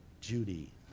Judy